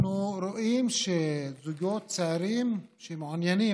אנחנו רואים שזוגות צעירים שמעוניינים